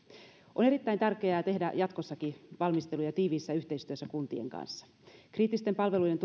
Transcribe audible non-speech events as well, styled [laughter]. on erittäin tärkeää tehdä jatkossakin valmisteluja tiiviissä yhteistyössä kuntien kanssa kriittisten palvelujen [unintelligible]